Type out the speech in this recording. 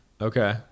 Okay